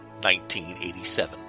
1987